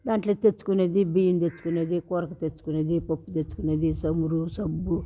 దాంట్లో తెచ్చుకునేది బియ్యం తెచుకునేది కూరకి తెచ్చుకునేది పప్పు తెచ్చుకునేది చమురు సబ్బు